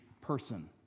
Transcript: person